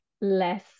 less